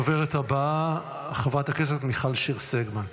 הדוברת הבאה, חברת הכנסת מיכל שיר סגמן,